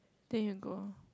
then you go